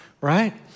Right